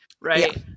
right